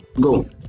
go